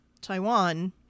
Taiwan